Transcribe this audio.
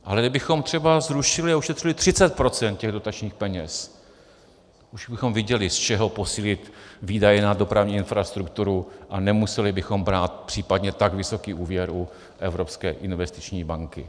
Ale kdybychom třeba zrušili a ušetřili 30 procent těch dotačních peněz, už bychom viděli, z čeho posílit výdaje na dopravní infrastrukturu, a nemuseli bychom brát případně tak vysoký úvěr u Evropské investiční banky.